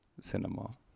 cinema